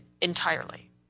entirely